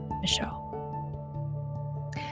Michelle